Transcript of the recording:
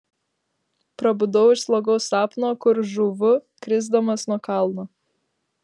prabudau iš slogaus sapno kur žūvu krisdamas nuo kalno